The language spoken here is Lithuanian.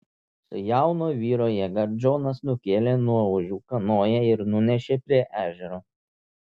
su jauno vyro jėga džonas nukėlė nuo ožių kanoją ir nunešė prie ežero